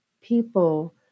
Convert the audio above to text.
people